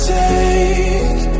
take